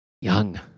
young